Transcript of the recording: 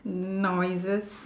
noises